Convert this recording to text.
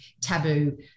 taboo